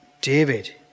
David